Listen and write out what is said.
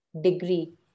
degree